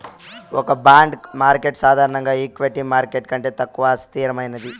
ఒక bond market సాధారణంగా equity market కంటే తక్కువ అస్థిరమైనది